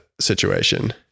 situation